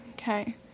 okay